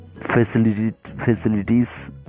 facilities